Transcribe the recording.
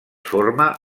forma